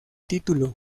título